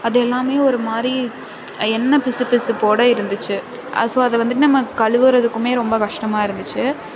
அது எல்லாமே ஒரு மாதிரி எண்ணெய் பிசு பிசுப்போட இருந்துச்சி அது ஸோ அதை வந்துட்டு நம்ம கழுவுறதுக்குமே ரொம்ப கஷ்டமாக இருந்துச்சி